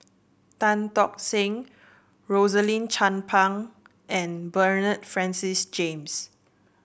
Tan Tock Seng Rosaline Chan Pang and Bernard Francis James